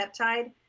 peptide